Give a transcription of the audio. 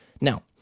Now